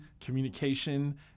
communication